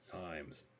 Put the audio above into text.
times